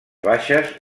baixes